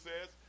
says